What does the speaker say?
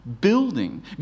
building